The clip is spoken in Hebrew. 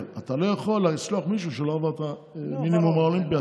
אבל אתה לא יכול לשלוח מישהו שלא עבר את המינימום האולימפי.